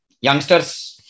Youngsters